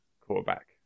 quarterback